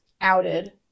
outed